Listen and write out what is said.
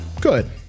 good